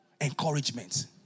Encouragement